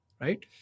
right